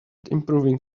improving